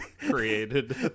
created